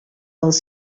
els